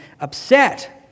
upset